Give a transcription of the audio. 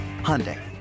Hyundai